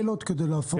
זה פיילוט.